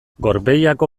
gorbeiako